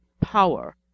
Power